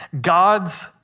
God's